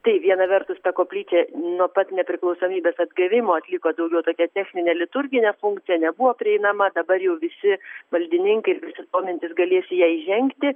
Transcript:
tai viena vertus ta koplyčia nuo pat nepriklausomybės atgavimo atliko daugiau tokią techninę liturginę funkciją nebuvo prieinama dabar jau visi valdininkai ir visi besidomintys galės į ją įžengti